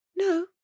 No